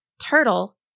Turtle